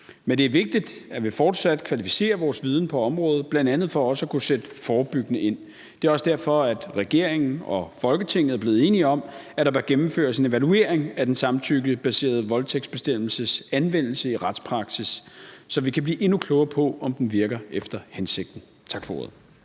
Men det er vigtigt, at vi fortsat kvalificerer vores viden på området, bl.a. for også at kunne sætte forebyggende ind. Det er også derfor, regeringen og Folketinget er blevet enige om, at der bør gennemføres en evaluering af den samtykkebaserede voldtægtsbestemmelses anvendelse i retspraksis, så vi kan blive endnu klogere på, om den virker efter hensigten. Tak for ordet.